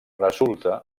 resulta